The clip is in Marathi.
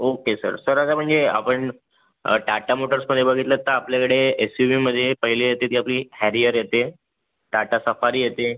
ओके सर सर आता म्हणजे आपण टाटा मोटर्समध्ये बघितलंत तर आपल्याकडे एस यू वीमध्ये पहिले येते ती आपली हॅरिअर येते टाटा सफारी येते